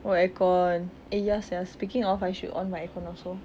oh aircon eh ya sia speaking of I should on my aircon also